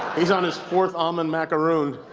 he's on his fourth almond macaroon.